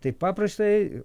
tai paprastai